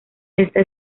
esta